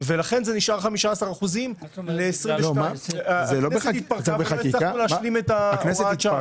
ולכן זה נשאר 15%. הכנסת התפרקה ולא הצלחנו להשלים את הוראת השעה.